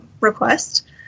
request